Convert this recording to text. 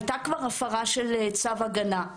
הייתה כבר הפרה של צו הגנה,